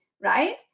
right